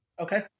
Okay